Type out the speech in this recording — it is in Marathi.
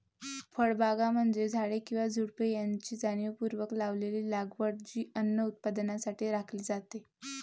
फळबागा म्हणजे झाडे किंवा झुडुपे यांची जाणीवपूर्वक लावलेली लागवड जी अन्न उत्पादनासाठी राखली जाते